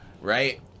right